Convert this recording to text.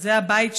שזה הבית שלי.